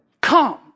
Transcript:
Come